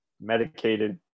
medicated